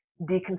deconstruct